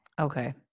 Okay